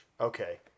Okay